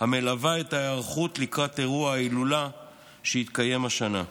המלווה את ההיערכות לקראת אירוע ההילולה שיתקיים השנה.